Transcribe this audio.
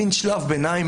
מן שלב ביניים,